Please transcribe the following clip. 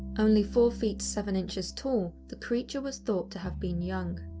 only four feet seven inches tall, the creature was thought to have been young.